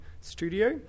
studio